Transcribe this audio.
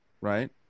right